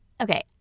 Okay